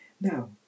Now